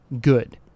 good